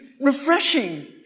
refreshing